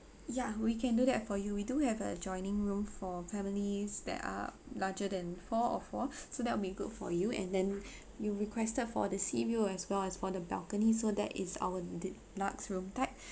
ya we can do that for you we do have a joining room for families that are larger than four or four so that'll be good for you and then you requested for the sea view as well as for the balcony so that is our deluxe room type